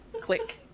click